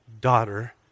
daughter